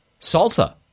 Salsa